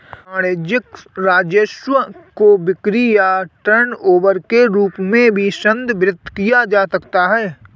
वाणिज्यिक राजस्व को बिक्री या टर्नओवर के रूप में भी संदर्भित किया जा सकता है